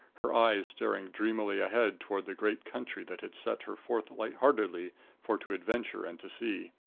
her eyes staring dreamily ahead toward the great country that had sent her forth light-heartedly for to adventure and to see.